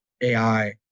AI